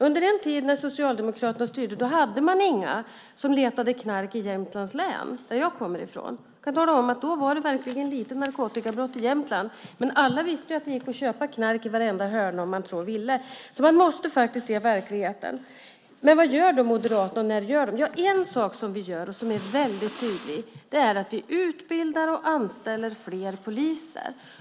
Under den tid när Socialdemokraterna styrde hade man inga som letade knark i Jämtlands län, där jag kommer ifrån. Jag kan tala om att det då verkligen var få narkotikabrott i Jämtland. Men alla visste att det gick att köpa knark i varenda hörna om man så ville. Man måste faktiskt se verkligheten. Men vad gör då Moderaterna? Ja, en sak som vi gör som är väldigt tydlig är att vi utbildar och anställer fler poliser.